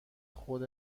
خود